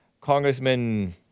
Congressman